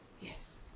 yes